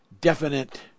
definite